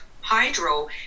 hydro